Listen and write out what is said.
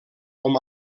com